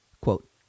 Quote